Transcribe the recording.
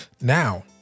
Now